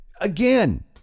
Again